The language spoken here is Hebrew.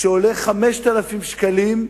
שעולה 5,000 שקלים,